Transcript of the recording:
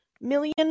million